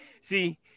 See